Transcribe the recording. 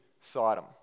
Sodom